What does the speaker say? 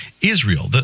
Israel